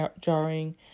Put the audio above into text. jarring